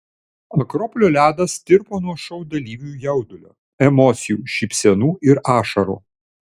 akropolio ledas tirpo nuo šou dalyvių jaudulio emocijų šypsenų ir ašarų